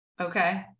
Okay